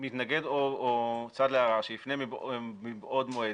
שמתנגד או צד לערר שיפנה מבעוד מועד,